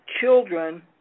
children